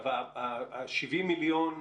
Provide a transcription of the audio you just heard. ה-70 מיליון,